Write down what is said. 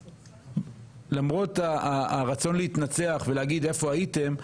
למרות הרצון להתנצח ולהגיד איפה הייתם,